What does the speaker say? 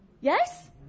Yes